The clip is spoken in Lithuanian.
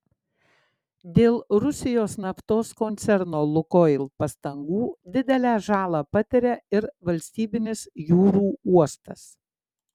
dėl rusijos naftos koncerno lukoil pastangų didelę žalą patiria ir valstybinis jūrų uostas